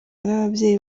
n’ababyeyi